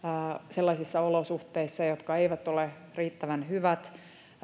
sellaisissa olosuhteissa jotka eivät ole riittävän hyvät